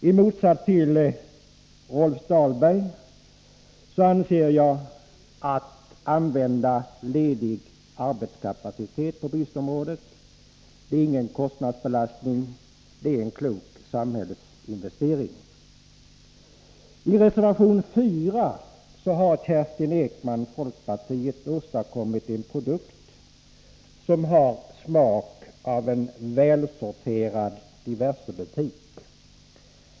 I motsats till Rolf Dahlberg anser jag att användandet av ledig arbetskapacitet på bristområden inte innebär en kostnadsbelastning, utan är en klok samhällsinvestering. I reservation 4 har Kerstin Ekman från folkpartiet åstadkommit en produkt som har smak av välsorterad diversebutik.